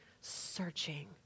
searching